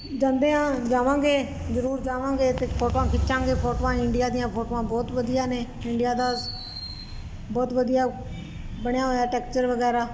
ਜਾਂਦੇ ਆ ਜਾਵਾਂਗੇ ਜਰੂਰ ਜਾਵਾਂਗੇ ਤੇ ਫੋਟੋਆਂ ਖਿੱਚਾਂਗੇ ਫੋਟੋਆਂ ਇੰਡੀਆ ਦੀਆਂ ਫੋਟੋਆਂ ਬਹੁਤ ਵਧੀਆ ਨੇ ਇੰਡੀਆ ਦਾ ਬਹੁਤ ਵਧੀਆ ਬਣਿਆ ਹੋਇਆ ਟੈਕਚਰ ਵਗੈਰਾ